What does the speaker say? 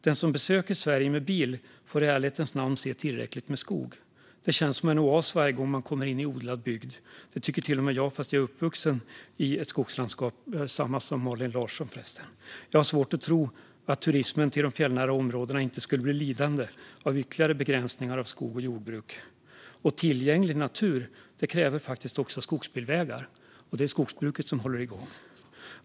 Den som besöker Sverige med bil får i ärlighetens namn se tillräckligt med skog. Det känns som en oas varje gång man kommer in i odlad bygd. Det tycker till och med jag fast jag är uppvuxen i ett skogslandskap - samma som Malin Larsson, förresten. Jag har svårt att tro att turismen till de fjällnära områdena inte skulle bli lidande av ytterligare begränsningar av skogs och. jordbruk. Tillgänglig natur kräver faktiskt också skogsbilvägar, och det är skogsbruket som håller igång dem.